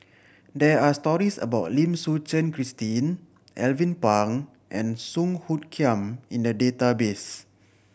there are stories about Lim Suchen Christine Alvin Pang and Song Hoot Kiam in the database